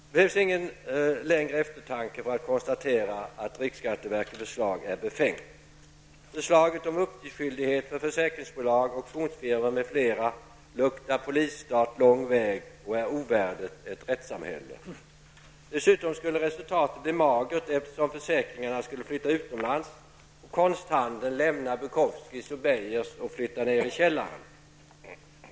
Det behövs ingen längre eftertanke för att konstatera att riksskatteverkets förslag är befängt. Förslaget om uppgiftsskyldighet för försäkringsbolag, auktionsfirmor m.fl. luktar polisstat lång väg och är ovärdigt ett rättssamhälle. Dessutom skulle resultatet bli magert, eftersom försäkringarna skulle tecknas utomlands och konsthandeln skulle lämna Bukowskis och Beijers och flytta ner i källaren.